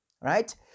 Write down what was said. right